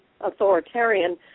authoritarian